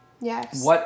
Yes